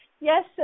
Yes